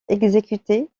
exécutée